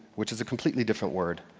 which is a completely different word.